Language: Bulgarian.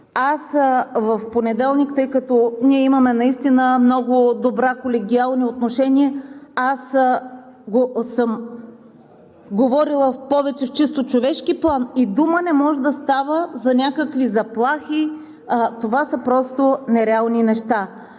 много конкретни факти. Тъй като ние имаме наистина много добри колегиални отношения, в понеделник съм говорила в чисто човешки план и дума не може да става за някакви заплахи. Това са просто нереални неща.